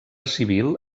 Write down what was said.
civil